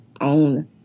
own